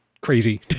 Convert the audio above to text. crazy